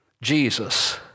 Jesus